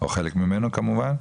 או חלק ממנו כמובן.